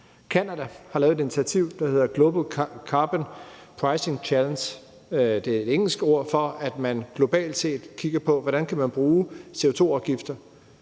Canada har lavet et initiativ, der hedder The Global Carbon Pricing Challenge, et engelsk ord for, at man globalt set kigger på, hvordan man kan bruge CO2-afgifter